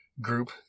group